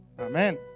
Amen